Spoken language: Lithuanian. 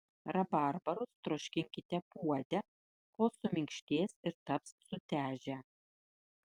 rabarbarus troškinkite puode kol suminkštės ir taps sutežę